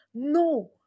No